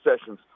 sessions